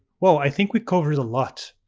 whoa, i think we covered a lot.